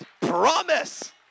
promise